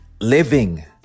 living